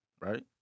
right